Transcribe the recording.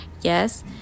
yes